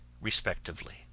respectively